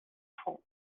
francs